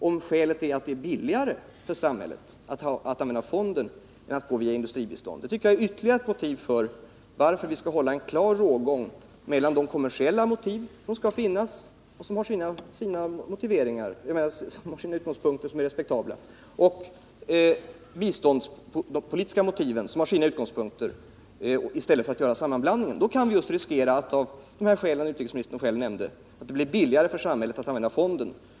Om skälet är att det är billigare för samhället att använda fonden än att gå via industribistånd, så tycker jag det är ytterligare ett argument för att vi skall hålla en klar rågång mellan de kommersiella motiv som skall finnas och som har sina utgångspunkter, vilka är respektabla, och de biståndspolitiska motiven, som har sina utgångspunkter. Man går alltså till väga på detta sätt i stället för att göra en sammanblandning. Vi kan just riskera att det, av de skäl utrikesministern själv nämnde, blir billigare för samhället att använda fonden.